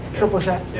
triple shock?